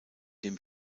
dem